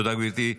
תודה, גברתי.